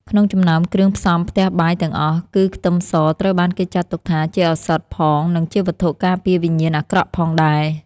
ក្នុងចំណោមគ្រឿងផ្សំផ្ទះបាយទាំងអស់គឺខ្ទឹមសត្រូវបានគេចាត់ទុកថាជាឱសថផងនិងជាវត្ថុការពារវិញ្ញាណអាក្រក់ផងដែរ។